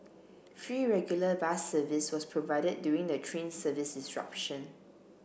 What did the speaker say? free regular bus service was provided during the train service disruption